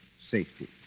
safety